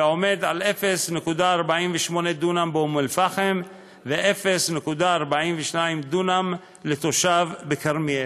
0.48 דונם באום אל-פחם ו-0.42 דונם לתושב בכרמיאל.